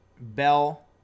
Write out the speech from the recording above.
Bell